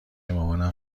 مامانم